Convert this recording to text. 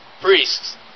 Priests